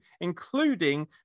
including